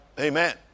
Amen